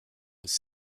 was